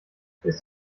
ist